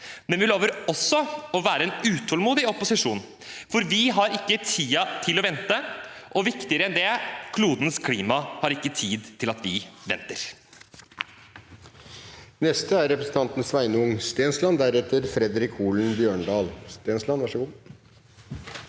Men vi lover også å være en utålmodig opposisjon, for vi har ikke tid til å vente – og viktigere enn det: Klodens klima har ikke tid til at vi venter.